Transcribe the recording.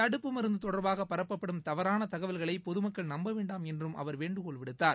தடுப்பு மருந்து தொடர்பாக பரப்பப்படும் தவறான தகவல்களை பொதுமக்கள் நம்ப வேண்டாம் என்றும் அவர் வேண்டுகோள் விடுத்தார்